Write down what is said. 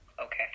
Okay